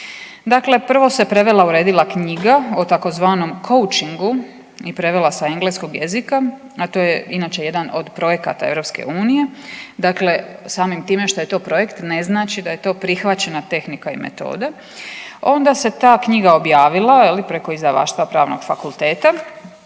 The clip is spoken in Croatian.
Dakle, prvo se prevela, uredila knjiga o tzv. coaching-u i prevela sa engleskog jezika, a to je inače jedan od projekata EU, dakle samim time što je to projekt ne znači da je to prihvaćena tehnika i metoda. Onda se ta knjiga objavila je li preko izdavaštva pravnog fakulteta,